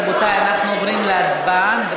רבותי, אנחנו עוברים להצבעה.